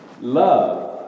Love